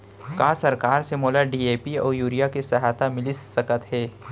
का सरकार से मोला डी.ए.पी अऊ यूरिया के सहायता मिलिस सकत हे?